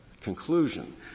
conclusion